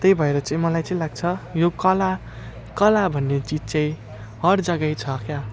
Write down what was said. त्यही भएर चाहिँ मलाई चाहिँ लाग्छ यो कला कला भन्ने चिज चाहिँ हर जग्गै छ क्या